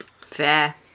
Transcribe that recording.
Fair